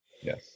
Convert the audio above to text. yes